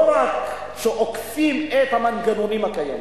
לא רק שעוקפים את המנגנונים הקיימים.